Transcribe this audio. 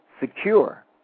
secure